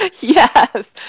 Yes